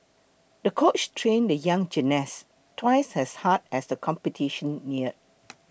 the coach trained the young gymnast twice as hard as the competition neared